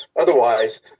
Otherwise